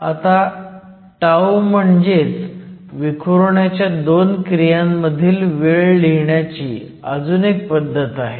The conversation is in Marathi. आता τ म्हणजेच विखुरण्याच्या 2 क्रियांमधील वेळ लिहिण्याची अजून एक पद्धत आहे